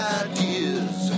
ideas